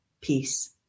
peace